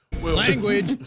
Language